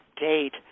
date